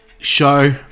show